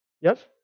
Yes